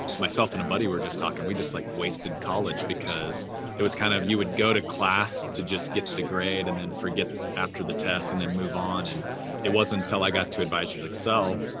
myself and a buddy were just talking. we just just like wasted college because it was kind of you would go to class to just get the grade and then forget after the test and then move on. and it wasn't until i got to advisors excel,